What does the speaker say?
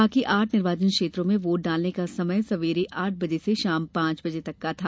बाकी आठ निर्वाचन क्षेत्रों में वोट डालने का समय सवेरे आठ बजे से शाम पांच बजे तक था